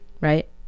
right